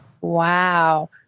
Wow